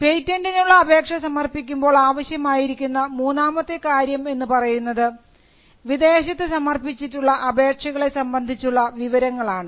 പേറ്റന്റിനുള്ള അപേക്ഷ സമർപ്പിക്കുമ്പോൾ ആവശ്യമായിരിക്കുന്ന മൂന്നാമത്തെ കാര്യം എന്ന് പറയുന്നത് വിദേശത്ത് സമർപ്പിച്ചിട്ടുള്ള അപേക്ഷകളെ സംബന്ധിച്ചുള്ള വിവരങ്ങൾ ആണ്